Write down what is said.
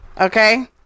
okay